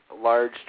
large